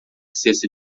cesta